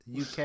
UK